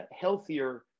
healthier